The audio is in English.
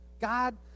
God